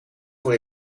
voor